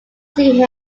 see